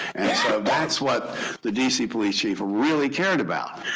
and so that's what the dc police chief ah really cared about.